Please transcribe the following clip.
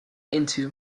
into